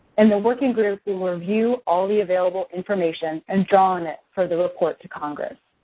and the working group will review all the available information and draw on it for the report to congress.